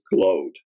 glowed